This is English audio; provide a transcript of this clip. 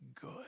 good